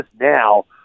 now